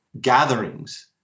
gatherings